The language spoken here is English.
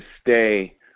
stay